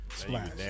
Splash